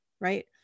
right